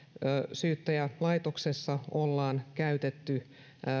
syyttäjälaitoksessa ollaan käytetty